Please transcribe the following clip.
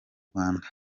rwanda